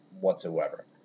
whatsoever